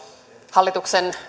hallituksen